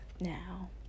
now